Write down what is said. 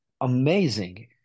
amazing